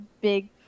big